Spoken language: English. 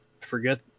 Forget